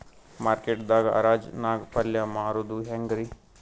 Market ದಾಗ್ ಹರಾಜ್ ನಾಗ್ ಪಲ್ಯ ಮಾರುದು ಹ್ಯಾಂಗ್ ರಿ?